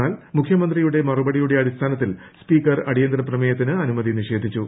എന്നാൽ മുഖ്യമന്ത്രിയുടെ മറുപടിയുടെ അടിസ്ഥാനത്തിൽ സ്പീക്കർ അടിയന്തര പ്രമേയത്തിന് അനുമതി നിഷേധിച്ചു